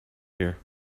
here